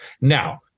Now